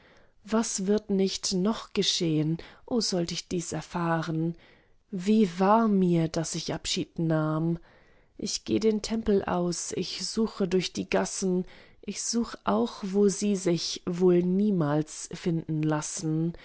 was wird nicht noch geschehn o sollt ich dies erfahren wie war mir daß ich abschied nahm ich geh den tempel aus ich suche durch die gassen ich such auch wo sie sich wohl niemals finden lassen